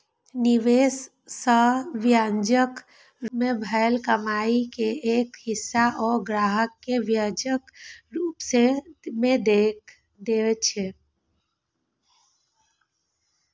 निवेश सं ब्याजक रूप मे भेल कमाइ के एक हिस्सा ओ ग्राहक कें ब्याजक रूप मे दए छै